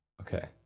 Okay